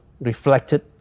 reflected